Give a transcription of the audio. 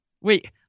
Wait